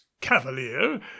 cavalier